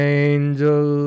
angel